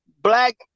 black